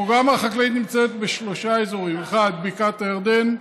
הפרוגרמה החקלאית נמצאת בשלושה אזורים: 1. בקעת הירדן,